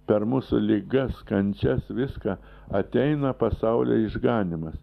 per mūsų ligas kančias viską ateina pasaulio išganymas